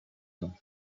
nom